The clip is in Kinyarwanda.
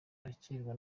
bakirwa